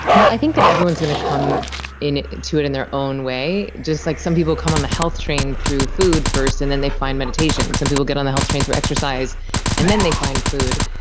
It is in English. well, i think that everyone's going to come into it in their own way, just like some people come on the health train through food first and then they find meditation. some people get on the health train through exercise and then they find food.